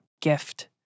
gift